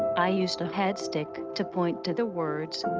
i used a head stick to point to the words.